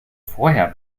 vorher